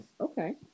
okay